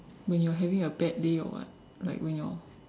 when you're having a bad day or what like when you're